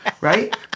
right